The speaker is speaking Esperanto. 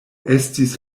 estis